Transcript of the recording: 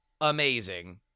amazing